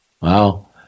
Wow